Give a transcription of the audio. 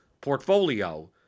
portfolio